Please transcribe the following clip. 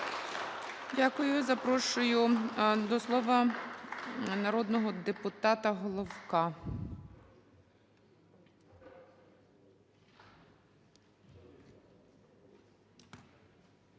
Дякую. Я запрошую до слова народного депутата Купрієнка.